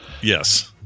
Yes